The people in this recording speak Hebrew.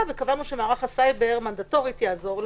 וקבענו שמערך הסייבר מנדטורית יעזור לו.